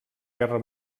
guerra